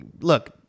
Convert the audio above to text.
Look